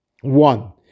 one